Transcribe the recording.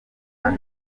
and